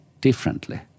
differently